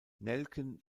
nelken